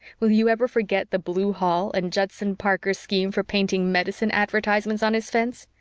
will you ever forget the blue hall and judson parker's scheme for painting medicine advertisements on his fence?